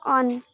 on